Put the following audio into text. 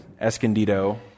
Escondido